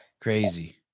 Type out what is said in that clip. crazy